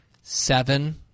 seven